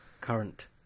current